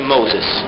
Moses